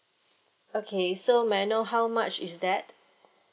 okay so may I know how much is that